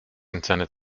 intended